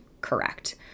correct